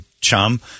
chum